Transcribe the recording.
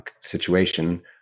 situation